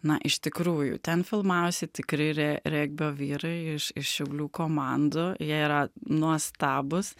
na iš tikrųjų ten filmavosi tikri re regbio vyrai iš iš šiaulių komandų jie yra nuostabūs